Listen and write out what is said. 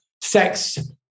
sex